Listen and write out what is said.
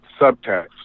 subtext